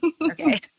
Okay